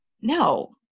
no